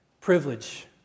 privilege